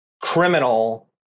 criminal